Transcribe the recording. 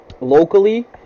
Locally